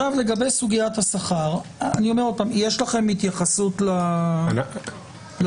לגבי סוגיית השכר, יש לכם התייחסות לשאלה?